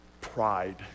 pride